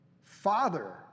Father